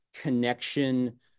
connection